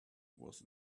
was